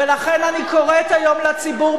ולכן אני קוראת היום לציבור,